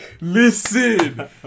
Listen